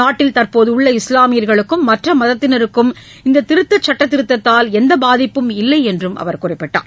நாட்டில் தற்போது உள்ள இஸ்லாமியர்களுக்கும் மற்ற மதத்தினருக்கும் இந்த திருத்தச் சட்டத்திருத்தத்தால் எந்த பாதிப்பும் இல்லையென்றும் அவர் கூறினார்